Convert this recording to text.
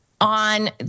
on